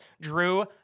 Drew